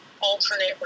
alternate